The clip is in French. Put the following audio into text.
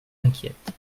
inquiète